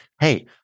Hey